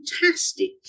fantastic